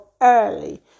early